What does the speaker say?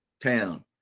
town